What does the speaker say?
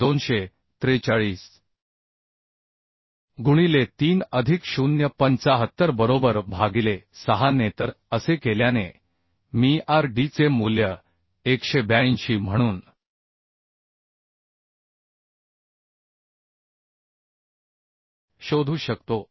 75 243 गुणिले 3 अधिक 0 75 बरोबर भागिले 6 ने तर असे केल्याने मी r d चे मूल्य 182 म्हणून शोधू शकतो